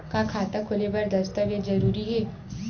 का खाता खोले बर दस्तावेज जरूरी हे?